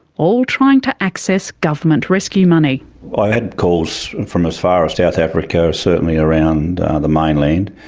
all trying to access government rescue money. i had calls from as far as south africa, certainly around the mainland,